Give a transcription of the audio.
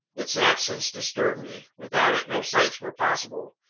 its absence disturbed me. without it, no sights were possible.